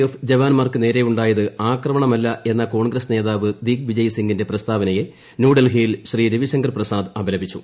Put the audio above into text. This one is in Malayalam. എഫ് ജവാന്മാർക്ക് നേരെയുണ്ടായത് ആക്രമണമല്ല എന്ന കോൺഗ്രസ് നേതാവ് ദിഗ് വിജയ്സിംഗിന്റെ പ്രസ്താവനയെ ന്യൂഡൽഹിയിൽ ശ്രീ രവിശങ്കർ പ്രസാദ് അപലപിച്ചു